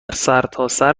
سرتاسر